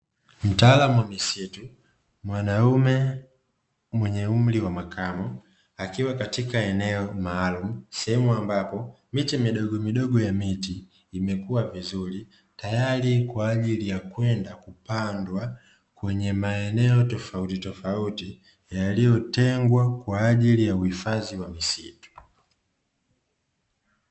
Mtaalamu wa misitu mwanaume mwenye umri wa makamu, akiwa katika eneo maalumu, sehemu ambapo miche midogomidogo ya miti imekua vizuri, tayari kwa ajili ya kwenda kupandwa kwenye maeneo tofautitofauti yaliyotengwa, kwa ajili ya uhifadhi wa misitu.